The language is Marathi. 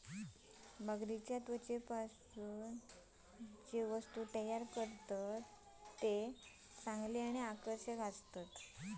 मगरीच्या त्वचेपासना तयार केलेले वस्तु चांगले आणि आकर्षक असतत